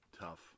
tough